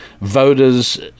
voters